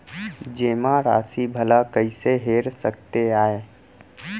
जेमा राशि भला कइसे हेर सकते आय?